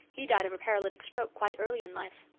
he died of a paralytic stroke quite early in life.